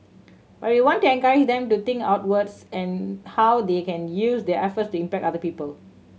but we want to encourage them to think outwards and how they can use their efforts to impact other people